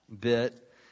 bit